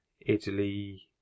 Italy